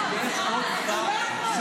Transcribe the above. לא.